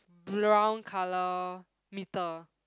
brown colour meter